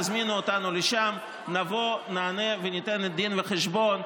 תזמינו אותנו לשם, נבוא, נענה וניתן דין וחשבון.